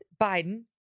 Biden